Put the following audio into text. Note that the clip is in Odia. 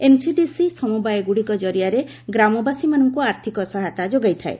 ଏନ୍ସିଡିସି ସମବାୟଗୁଡ଼ିକ ଜରିଆରେ ଗ୍ରାମବାସୀମାନଙ୍କୁ ଆର୍ଥିକ ସହାୟତା ଯୋଗାଇଥାଏ